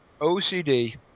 OCD